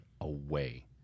away